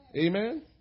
Amen